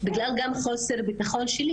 זה גם הגיע אלינו בגלל הממשלתי וגם הגיע לכפר שלי.